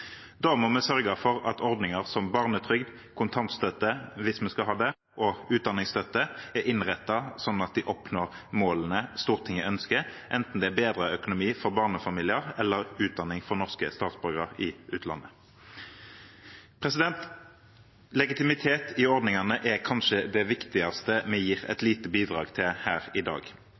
Da må vi sørge for at ordninger som barnetrygd, kontantstøtte – hvis vi skal ha det – og utdanningsstøtte er innrettet slik at de oppnår målene Stortinget ønsker, enten det er bedret økonomi for barnefamilier eller utdanning for norske statsborgere i utlandet. Legitimitet i ordningene er kanskje det viktigste vi gir et lite bidrag til her i dag.